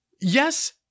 Yes